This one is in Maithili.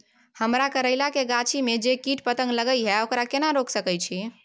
हमरा करैला के गाछी में जै कीट पतंग लगे हैं ओकरा केना रोक सके छी?